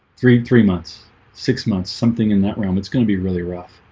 three three months six months something in that room. it's gonna be really rough